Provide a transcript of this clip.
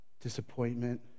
disappointment